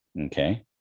Okay